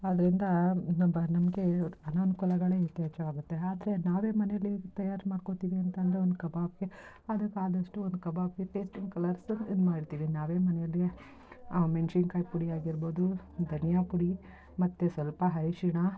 ಅದರಿಂದ ಇನ್ನೊಬ್ಬ ನಮಗೆ ಅನಾನುಕೂಲಗಳೇ ಯಥೇಚ್ಛವಾಗುತ್ತೆ ಆದರೆ ನಾವೇ ಮನೇಲಿ ತಯಾರು ಮಾಡ್ಕೊಳ್ತೀವಿ ಅಂತ ಅಂದ್ರೆ ಒಂದು ಕಬಾಬಿಗೆ ಅದಕ್ಕಾದಷ್ಟು ಒಂದು ಕಬಾಬಿಗೆ ಟೇಸ್ಟಿಂಗ್ ಕಲರ್ಸ್ ಇದು ಮಾಡ್ತೀವಿ ನಾವೇ ಮನೆಯಲ್ಲಿ ಆ ಮೆಣ್ಸಿನ್ಕಾಯಿ ಪುಡಿ ಆಗಿರ್ಬೋದು ಧನಿಯಾ ಪುಡಿ ಮತ್ತು ಸಲ್ಪ ಅರಿಶಿಣ